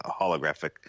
holographic